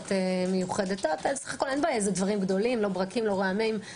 אין בה ברקים, אין רעמים.